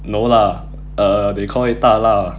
no lah err they call it 大辣